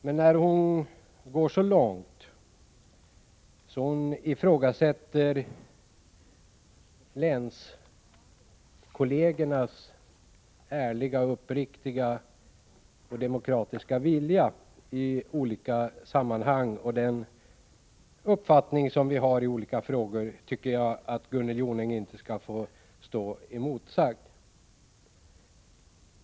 Men när hon går så långt att hon ifrågasätter länskollegernas ärliga och demokratiska vilja och den uppfattning som vi har i olika frågor, tycker jag inte att hennes ord skall få stå oemotsagda.